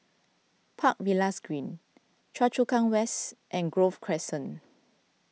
Park Villas Green Choa Chu Kang West and Grove Crescent